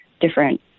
different